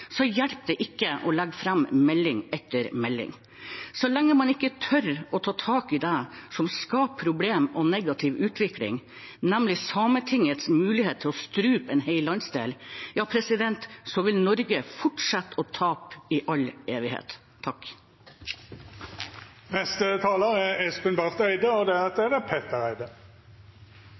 hjelper det ikke å legge fram melding etter melding. Så lenge man ikke tør å ta tak i det som skaper problemer og negativ utvikling, nemlig Sametingets mulighet til å strupe en hel landsdel, ja, så vil Norge fortsette å tape i all evighet.